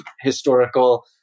historical